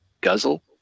guzzle